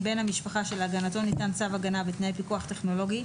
בן המשפחה שלהגנתו ניתן צו הגנה בתנאי פיקוח טכנולוגי,